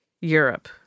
Europe